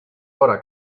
vora